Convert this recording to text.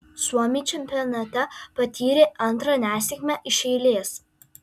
suomiai čempionate patyrė antrą nesėkmę iš eilės